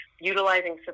Utilizing